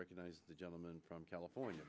recognizes the gentleman from california